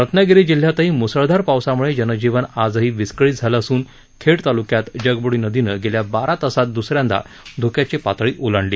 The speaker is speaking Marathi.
रत्नागिरी जिल्ह्यातही म्सळधार पावसाम्ळे जनजीवन आजही विस्कळीत झालं असून खेड तालुक्यात जगब्डी नदीनं गेल्या बारा तासात दुसऱ्यांदा धोक्याची पातळी ओलांडली